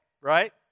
right